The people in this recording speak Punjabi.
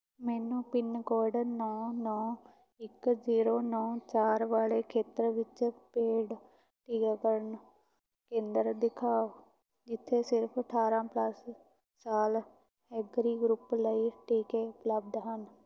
ਮੈਨੂੰ ਪਿੰਨ ਕੋਡ ਨੌ ਨੌ ਇੱਕ ਜ਼ੀਰੋ ਨੌ ਚਾਰ ਵਾਲੇ ਖੇਤਰ ਵਿੱਚ ਪੇਡ ਟੀਕਾਕਰਨ ਕੇਂਦਰ ਦਿਖਾਓ ਜਿੱਥੇ ਸਿਰਫ਼ ਅਠਾਰਾਂ ਪਲੱਸ ਸਾਲ ਐਗਰੀ ਗਰੁੱਪ ਲਈ ਟੀਕੇ ਉਪਲਬਧ ਹਨ